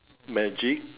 magic